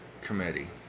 committee